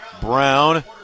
Brown